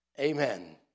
Amen